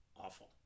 awful